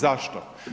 Zašto?